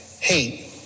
hate